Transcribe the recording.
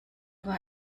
war